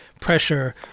Pressure